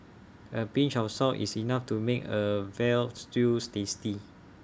A pinch of salt is enough to make A Veal Stews tasty